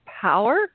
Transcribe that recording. power